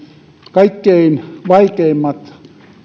kaikkein vaikeimmat